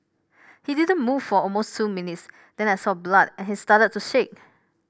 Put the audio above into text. he didn't move for almost two minutes then I saw blood and he started to shake